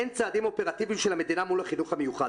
אין צעדים אופרטיביים של המדינה מול החינוך המיוחד.